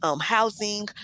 housing